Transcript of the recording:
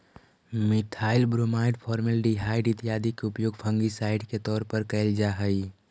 methyl bromide, formaldehyde इत्यादि के उपयोग फंगिसाइड के तौर पर कैल जा हई